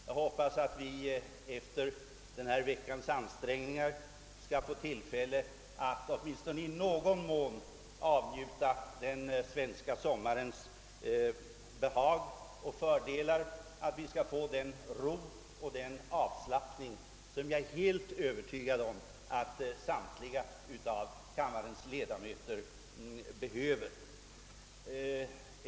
Jag hoppas att vi efter denna veckas ansträngningar skall få tillfälle att åtminstone i någon mån avnjuta den svenska sommarens behag och fördelar, att vi skall få den ro och avslappning som jag är helt övertygad om att samtliga kammarens ledamöter behöver.